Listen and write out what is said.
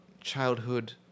childhood